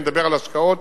אני מדבר על השקעות